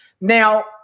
Now